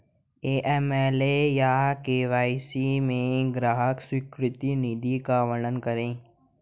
AML या KYC में ग्राहक स्वीकृति नीति का वर्णन करें?